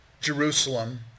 Jerusalem